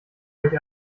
euch